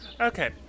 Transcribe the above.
Okay